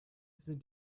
sind